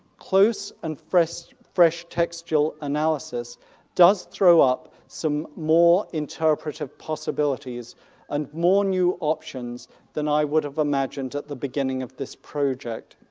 close and fresh fresh textual analysis does throw up some more interpretive possibilities and more new options than i would have imagined at the beginning of this project.